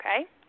okay